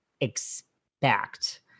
expect